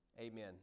Amen